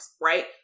right